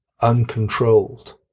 uncontrolled